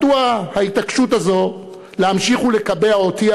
מדוע ההתעקשות הזאת להמשיך ולקבע אותי,